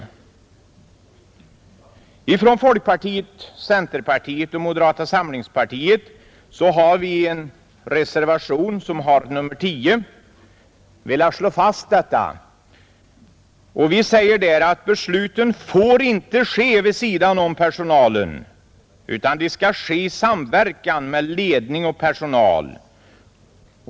Ledamöterna från folkpartiet, centerpartiet och moderata samlingspartiet har i en reservation, nr 10, velat slå fast detta. Vi säger där att besluten inte får träffas vid sidan om personalen, utan de skall ske i samverkan med ledning och personal.